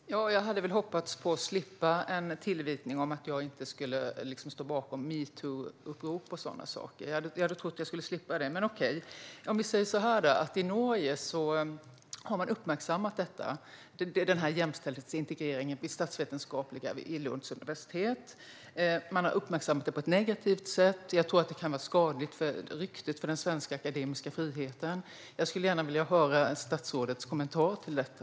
Fru talman! Jag hade hoppats få slippa tillvitelsen att jag inte står bakom metoo-upprop och sådana saker. Jag hade trott att jag skulle slippa det, men okej. Vi säger så här, då: I Norge har man uppmärksammat jämställdhetsintegreringen vid statsvetenskapliga institutionen på Lunds universitet. Man har uppmärksammat det på ett negativt sätt. Jag tror att det kan vara skadligt för ryktet för den svenska akademiska friheten. Jag skulle gärna vilja höra statsrådets kommentar till detta.